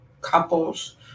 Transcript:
couples